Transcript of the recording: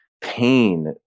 pain